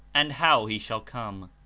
and how he shall come.